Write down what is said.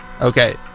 Okay